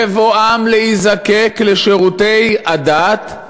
בבואם להיזקק לשירותי הדת,